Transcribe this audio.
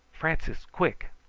francis, quick!